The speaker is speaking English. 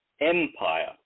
Empire